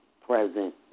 present